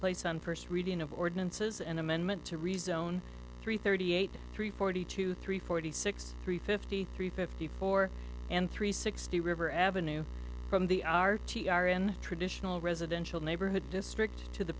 place on first reading of ordinances an amendment to rezone three thirty eight three forty two three forty six three fifty three fifty four and three sixty river avenue from the r t r in traditional residential neighborhood district to the